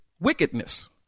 wickedness